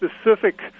specific